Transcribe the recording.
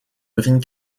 within